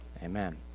Amen